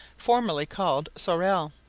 formerly called sorel,